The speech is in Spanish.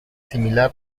similar